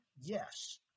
Yes